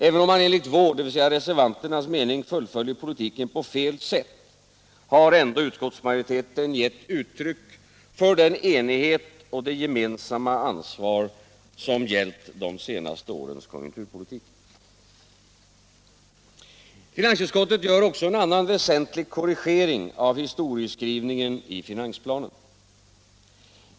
Även om man enligt vår, dvs. reservanternas, mening fullföljer politiken på fel sätt, har ändå utskottsmajoriteten gett uttryck åt den enighet och det gemensamma ansvar som gällt de senaste årens konjunkturpolitik. Finansutskottet gör också en annan väsentlig korrigering av historieskrivningen i finansplanen.